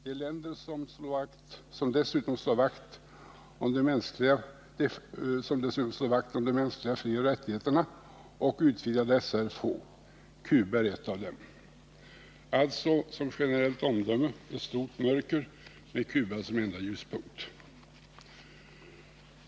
De länder som dessutom slår vakt om de mänskliga frioch rättigheterna och utvidgar dessa är få. Cuba är ett av dem.” Som generellt omdöme beträffande denna del av världen målas ett stort mörker upp, med Cuba som enda ljuspunkt.